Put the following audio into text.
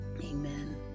amen